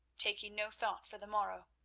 taking no thought for the morrow.